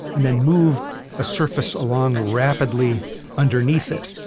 and then move a surface along rapidly underneath it.